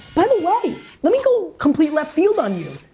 by the way, let me go complete left field on you.